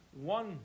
One